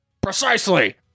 Precisely